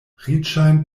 riĉajn